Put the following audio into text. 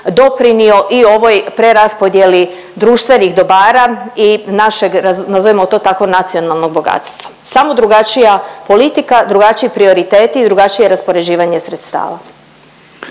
doprinio i ovoj preraspodjeli društvenih dobara i našeg nazovimo to tako nacionalnog bogatstva. Samo drugačija politika, drugačiji prioriteti i drugačije raspoređivanje sredstava.